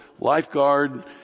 lifeguard